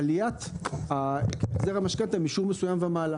עליית החזר המשכנתא משיעור מסוים ומעלה.